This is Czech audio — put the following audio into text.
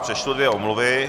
Přečtu dvě omluvy.